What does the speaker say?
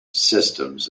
systems